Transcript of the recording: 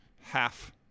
half